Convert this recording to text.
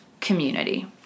community